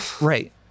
Right